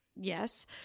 Yes